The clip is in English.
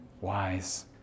wise